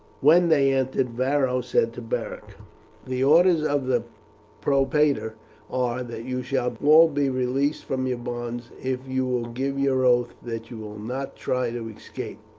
when they entered varo said to beric the orders of the propraetor are, that you shall all be released from your bonds if you will give your oath that you will not try to escape.